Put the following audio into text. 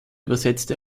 übersetzte